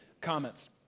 comments